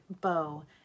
bow